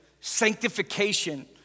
sanctification